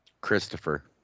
Christopher